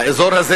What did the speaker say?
האזור הזה,